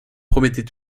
promettait